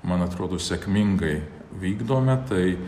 man atrodo sėkmingai vykdome tai